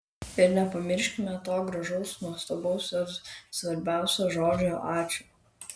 ir nepamirškime to gražaus nuostabaus ir svarbiausio žodžio ačiū